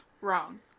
Wrong